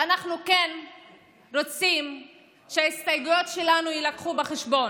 אנחנו כן רוצים שההסתייגויות שלנו יובאו בחשבון.